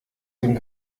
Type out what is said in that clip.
dem